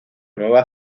nueva